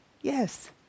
yes